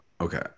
Okay